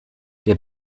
der